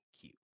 cute